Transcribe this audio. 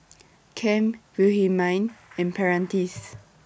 Cam Wilhelmine and Prentiss